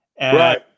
Right